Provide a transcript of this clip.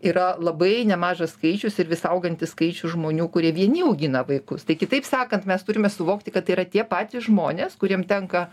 yra labai nemažas skaičius ir vis augantis skaičius žmonių kurie vieni augina vaikus tai kitaip sakant mes turime suvokti kad tai yra tie patys žmonės kuriem tenka